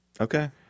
Okay